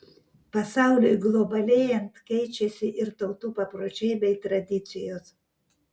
pasauliui globalėjant keičiasi ir tautų papročiai bei tradicijos